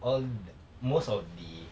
all th~ most of the